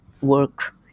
work